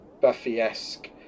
Buffy-esque